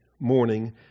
morning